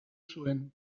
zuen